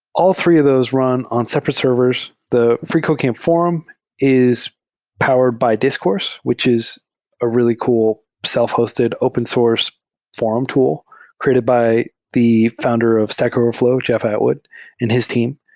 al l three of those run on separate servers. the freecodecamp forum is powered by discourse, which is a really cool self-hosted open source forum tool created by the founder of stack overflow, jeff atwood and his team.